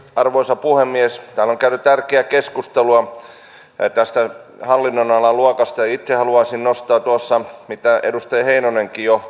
arvoisa puhemies täällä on käyty tärkeää keskustelua tästä hallinnonalan luokasta itse haluaisin nostaa sen mitä tuossa edustaja heinonenkin jo